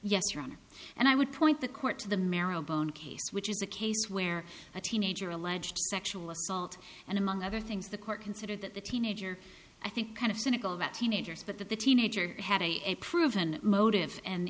yes your honor and i would point the court to the marrow bone case which is a case where a teenager alleged sexual assault and among other things the court considered that the teenager i think kind of cynical about teenagers but that the teenager had a a proven motive and